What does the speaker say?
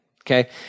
okay